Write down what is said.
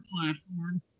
platform